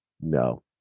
No